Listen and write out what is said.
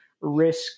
risk